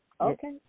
Okay